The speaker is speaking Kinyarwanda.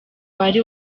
wari